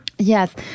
Yes